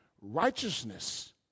righteousness